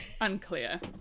Unclear